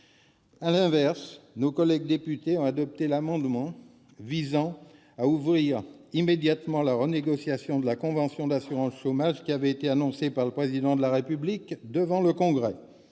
À l'inverse, nos collègues députés ont adopté l'amendement visant à ouvrir immédiatement la renégociation de la convention d'assurance chômage, annoncée par le Président de la République devant le Congrès.